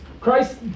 Christ